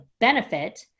benefit